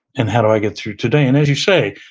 and how do i get through today? and as you say,